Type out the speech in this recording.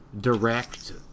direct